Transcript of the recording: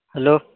hello